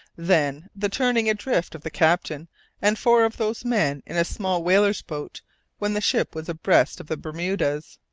then the turning adrift of the captain and four of those men in a small whaler's boat when the ship was abreast of the bermudas.